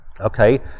okay